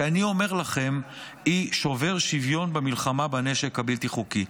שאני אומר לכם שהיא שובר שוויון במלחמה בנשק הבלתי-חוקי.